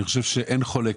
אני חושב שאין חולק,